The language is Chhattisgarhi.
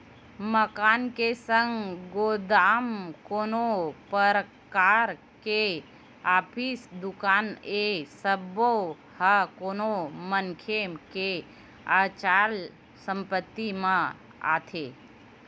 मकान के संग गोदाम, कोनो परकार के ऑफिस, दुकान ए सब्बो ह कोनो मनखे के अचल संपत्ति म आथे